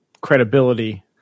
credibility